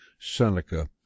Seneca